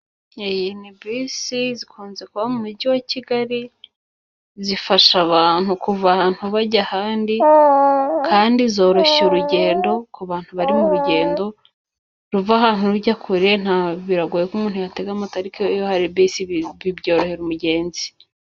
Iyi ni bisi zikunze kuba mu mujyi wa kigali, zifasha abantu kuva ahantu bajya ahandi kandi zoroshya urugendo kubantu bari mu rugendo, ruva ahantu rujya kure biragoye ko umuntu yatega amatariki iyo hari bisi byorohera umugenzi.